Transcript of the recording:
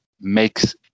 makes